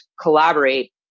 collaborate